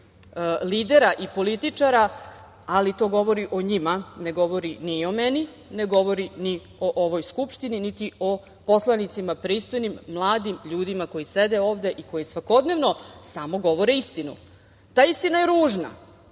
lidera i političara, ali to govori o njima, ne govori ni o meni, ne govori ni o ovoj Skupštini, niti o poslanicima pristojnim, mladim ljudima koji sede ovde i koji svakodnevno samo govore istinu. Ta istina je ružna.